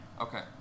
Okay